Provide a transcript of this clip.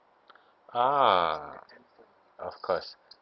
ah of course